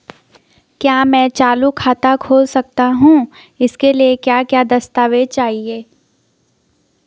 क्या मैं चालू खाता खोल सकता हूँ इसके लिए क्या क्या दस्तावेज़ चाहिए?